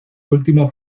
último